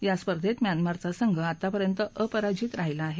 या स्पर्धेत म्यानमारचा संघ आतापर्यंत अपराजित राहिला आहे